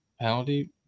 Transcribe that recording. penalty